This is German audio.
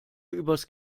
übers